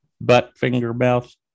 butt-finger-mouth